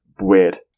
weird